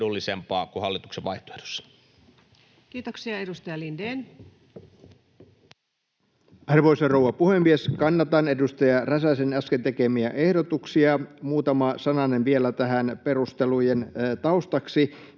muiden verolakien muuttamisesta Time: 19:21 Content: Arvoisa rouva puhemies! Kannatan edustaja Räsäsen äsken tekemiä ehdotuksia. Muutama sananen vielä tähän perustelujen taustaksi.